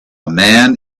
man